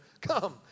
come